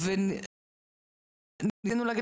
לבקש את הגעתו